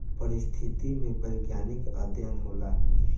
पारिस्थितिकी में वैज्ञानिक अध्ययन होला